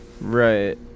Right